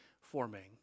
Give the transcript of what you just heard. forming